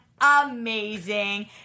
amazing